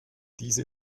diese